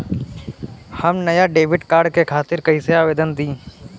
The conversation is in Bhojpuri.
हम नया डेबिट कार्ड के खातिर कइसे आवेदन दीं?